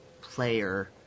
player